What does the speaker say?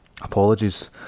apologies